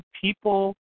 people